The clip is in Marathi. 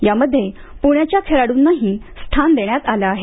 यामध्ये पूण्याच्या खेळाडूंनाही स्थान देण्यात आले आहे